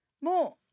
More